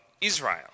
Israel